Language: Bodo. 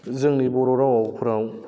जोंनि बर' रावफोराव